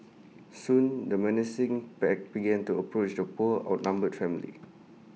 soon the menacing pack began to approach the poor outnumbered family